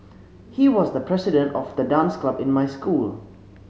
he was the president of the dance club in my school